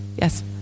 yes